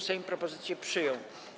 Sejm propozycję przyjął.